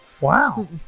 Wow